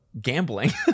gambling